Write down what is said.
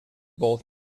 both